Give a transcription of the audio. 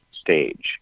stage